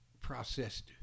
processed